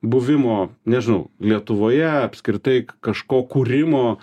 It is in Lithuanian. buvimo nežinau lietuvoje apskritai kažko kūrimo